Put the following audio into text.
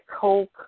Coke